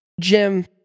Jim